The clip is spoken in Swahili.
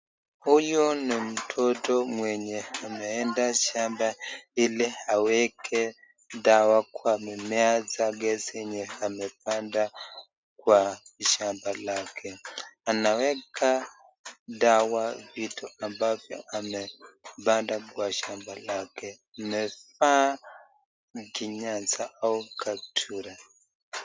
Huyu ni mtoto mwenye ameenda shamba ili aweke dawa kwa mimea zake zenye amepanda kwa shamba lake. Anaweka dawa vitu ambavyo amepanda kwa shamba lake. Inaweza kuwa ni kinyanya au katura.